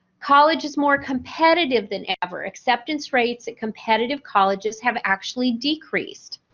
college is more competitive than ever. acceptance rates at competitive colleges have actually decreased.